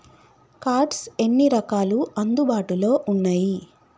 Cards ఎన్ని రకాలు అందుబాటులో ఉన్నయి?